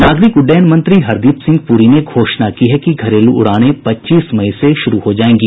नागरिक उड़ुयन मंत्री हरदीप सिंह पूरी ने घोषणा की है कि घरेलू उड़ानें पच्चीस मई से शुरू हो जाएंगी